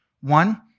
One